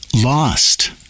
lost